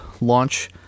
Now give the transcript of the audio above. launch